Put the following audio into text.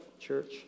church